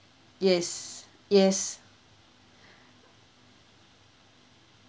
yes yes